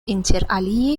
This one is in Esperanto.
interalie